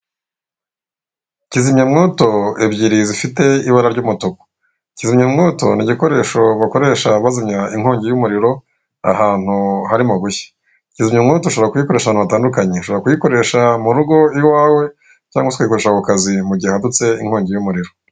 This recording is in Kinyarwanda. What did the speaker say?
Kizimya mwoto ebyiri zifite ibara ry'umutuku. Kizimyamwoto ni igikoresho bakoresha bazimya inkongi y'umuriro ahantu harimo gushya. Kizimyamwoto ushobora kuyikoresha ahantu hatandukanye, ushobora kuyikoresha mu rugo iwawe cyangwa se ukayikoresha ku kazi igihe hadutse inkongi y'umuriro.